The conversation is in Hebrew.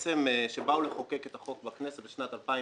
כשבאו לחוקק את החוק בכנסת בשנת 2016,